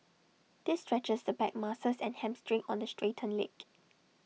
this stretches the back muscles and hamstring on the straightened leg